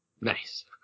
Nice